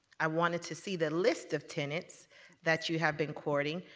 i wanted to see the list of tenants that you have been courting.